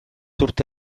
urte